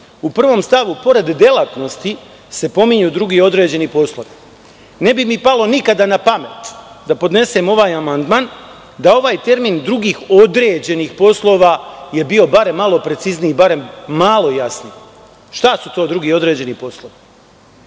u prvom stavu pored delatnosti se pominju drugi određeni poslovi. Ne bi mi palo nikada na pamet da podnesem ovaj amandman, da je ovaj termin drugih određenih poslova bio barem malo precizniji, barem malo jasniji. Šta su to drugi određeni poslovi? Vezao